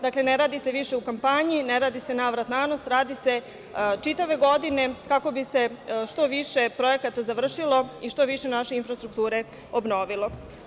Dakle ne radi se više u kampanji, ne radi se navrat-nanos, radi se čitave godine, kako bi se što više projekata završilo i što više naše infrastrukture obnovilo.